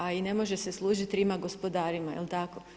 A i ne može se služiti rima gospodarima, je li tako?